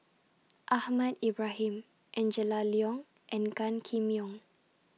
Ahmad Ibrahim and Angela Liong and Gan Kim Yong